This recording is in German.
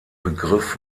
begriff